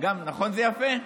נכון זה יפה?